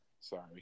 Sorry